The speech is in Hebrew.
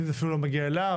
לפעמים זה אפילו לא מגיע אליו,